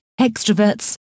Extroverts